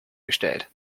gestellt